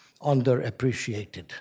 underappreciated